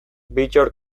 bittor